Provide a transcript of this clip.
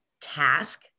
task